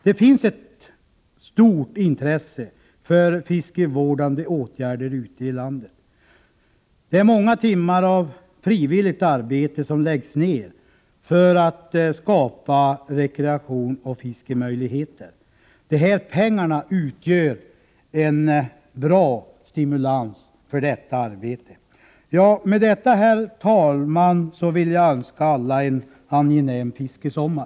Det finns ett stort intresse för fiskevårdande åtgärder ute i landet. Många timmar av frivilligt arbete läggs ner för att skapa rekreation och fiskemöjligheter. Dessa pengar utgör en bra stimulans för detta arbete. Herr talman! Med det anförda vill jag önska alla en angenäm fiskesommar.